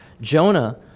Jonah